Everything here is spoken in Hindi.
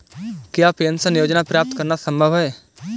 क्या पेंशन योजना प्राप्त करना संभव है?